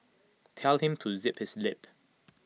tell him to zip his lip